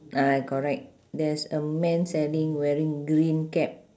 ah correct there's a man selling wearing green cap